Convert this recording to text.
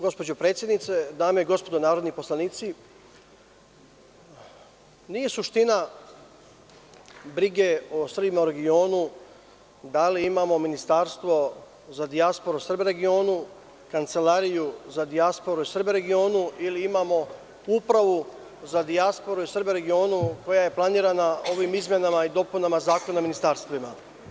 Gospodo predsednice, dame i gospodo narodni poslanici, nije suština brige o Srbima u regionu da li imamo ministarstvo za dijasporu i Srbe u regionu, Kancelariju za dijasporu i Srbe u regionu ili imamo upravu za dijasporu i Srbe u regionu, koja je planirana ovim izmenama i dopunama Zakona o ministarstvima.